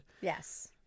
Yes